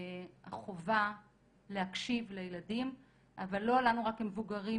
החובה להקשיב לילדים אבל לא לנו רק המבוגרים